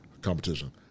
competition